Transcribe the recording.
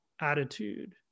attitude